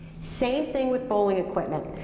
same thing with bowling equipment.